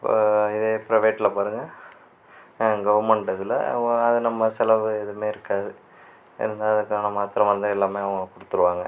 இப்போ இதே பிரைவேட்டில் பாருங்கள் கவுர்மெண்ட் இதில் அது நம்ம செலவு எதுவுமே இருக்காது இருந்தாலும் இதுக்கான மாத்திரை மருந்து எல்லாம் அவங்க கொடுத்துருவாங்க